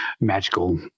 magical